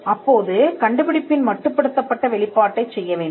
அப்போது கண்டுபிடிப்பின் மட்டுப்படுத்தப்பட்ட வெளிப்பாட்டைச் செய்ய வேண்டும்